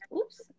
oops